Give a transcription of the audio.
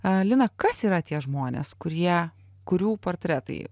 a lina kas yra tie žmonės kurie kurių portretai